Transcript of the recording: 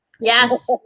Yes